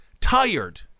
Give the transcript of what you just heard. tired